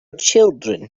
children